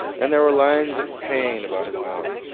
and there were lines of pain about his mouth.